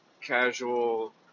casual